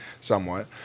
somewhat